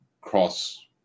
cross